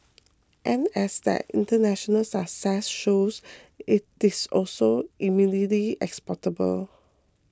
and as their international success shows it is also eminently exportable